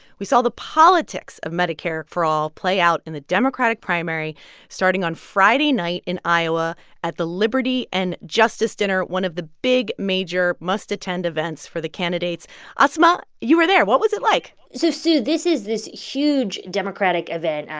we saw the politics of medicare for all play out in the democratic primary starting on friday night in iowa at the liberty and justice dinner, one of the big, major, must-attend events for the candidates asma, you were there. what was it like? so, sue, this is this huge democratic event. and